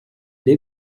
dei